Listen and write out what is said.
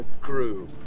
crew